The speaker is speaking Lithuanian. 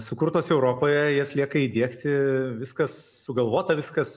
sukurtos europoje jas lieka įdiegti viskas sugalvota viskas